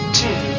two